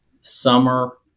summer